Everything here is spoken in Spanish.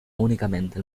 únicamente